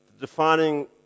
defining